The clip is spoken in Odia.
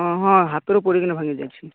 ହଁ ହାତରୁ ପଡ଼ିକିନି ଭାଙ୍ଗି ଯାଇଛି